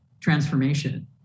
transformation